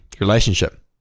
relationship